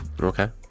Okay